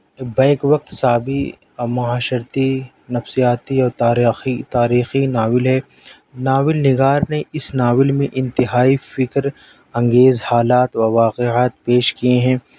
back وقت سابی معاشرتی نفسیاتی اور تاریخی تاریخی ناول ہے ناول نگار نے اس ناول میں انتہائی فکر انگیز حالات و واقعات پیش کئے ہیں